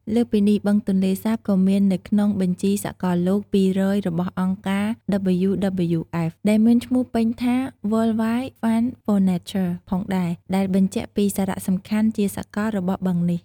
លើសពីនេះ បឹងទន្លេសាបក៏មាននៅក្នុង បញ្ជីសកលលោក ២០០ របស់អង្គការ WWF ដែលមានឈ្មោះពេញថា World Wide Fund for Nature ផងដែរ ដែលបញ្ជាក់ពីសារៈសំខាន់ជាសកលរបស់បឹងនេះ។